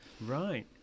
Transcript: Right